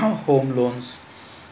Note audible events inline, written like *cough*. *coughs* home loans *breath*